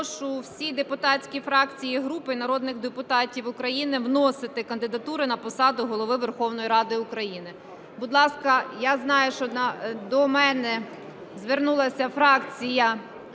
Я прошу всі депутатські фракції і групи і народних депутатів України вносити кандидатури на посаду Голови Верховної Ради України. Будь ласка, я знаю, що до мене звернулася фракція